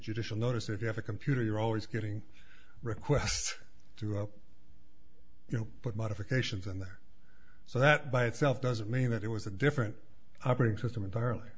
judicial notice if you have a computer you're always getting requests throughout you know what modifications in there so that by itself doesn't mean that it was a different operating system entirely